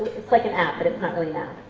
it's like an app but it's not really yeah